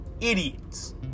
idiots